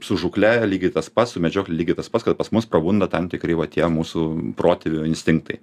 su žūkle lygiai tas pats su medžiokle lygiai tas pats kad pas mus prabunda tam tikri va tie mūsų protėvių instinktai